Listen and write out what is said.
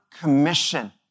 commission